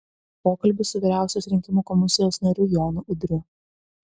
pokalbis su vyriausios rinkimų komisijos nariu jonu udriu